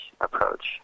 approach